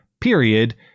period